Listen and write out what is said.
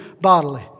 bodily